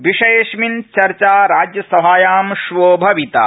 विषयेऽस्मिन चर्चा राज्यसभायां श्वो भविता